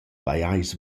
pajais